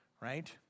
right